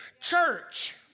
church